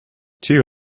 two